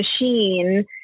machine